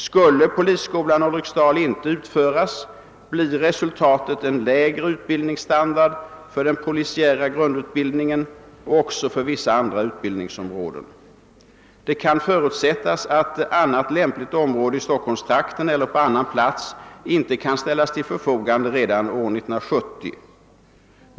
Skulle polisskolan Ulriksdal inte utföras, blir resultatet en lägre utbildningsstandard för den polisiära grundutbildningen och också för vissa andra utbildningsområden. Det kan förutsättas att annat lämpligt område i Stockholmstrakten eller på annan plats ej kan ställas till förfogande redan 1970.